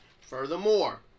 Furthermore